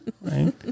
Right